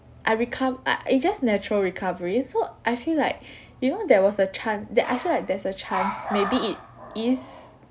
I recover uh it's just natural recovery so I feel like you know there was a chance that I feel like there's a chance maybe it is